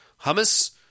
Hummus